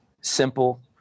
Simple